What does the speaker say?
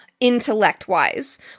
Intellect-wise